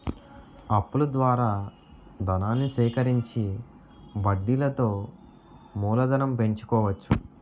అప్పుల ద్వారా ధనాన్ని సేకరించి వడ్డీలతో మూలధనం పెంచుకోవచ్చు